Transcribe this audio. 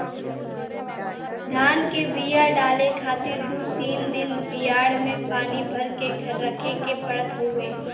धान के बिया डाले खातिर दू तीन दिन बियाड़ में पानी भर के रखे के पड़त हउवे